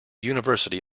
university